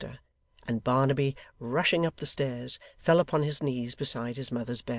and barnaby, rushing up the stairs, fell upon his knees beside his mother's bed.